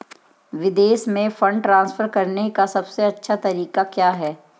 विदेश में fund transfer करने का सबसे आसान तरीका क्या है?